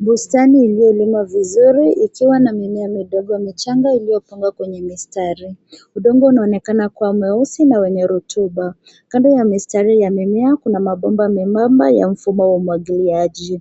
Bustani iliyolimwa vizuri ikiwa na mimea midogo michanga iliyopangwa kwenye mistari. Udongo unaonekana kwa mweusi na wenye rotuba. Kando ya mistari ya mimea kuna mabomba membamba ya mfumo wa umwagiliaji.